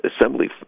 assembly